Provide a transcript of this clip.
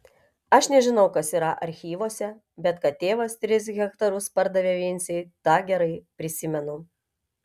aš nežinau kas yra archyvuose bet kad tėvas tris hektarus pardavė vincei tą gerai prisimenu